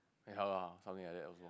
eh how lah something like that okay